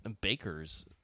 bakers